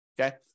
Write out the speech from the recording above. Okay